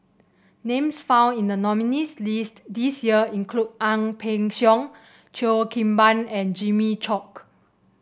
names found in the nominees' list this year include Ang Peng Siong Cheo Kim Ban and Jimmy Chok